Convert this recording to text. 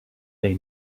they